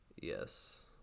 yes